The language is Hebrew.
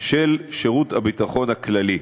שעורך שירות הביטחון הכללי.